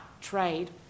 trade